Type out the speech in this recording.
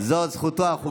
והיא תועבר, בקריאה השלישית.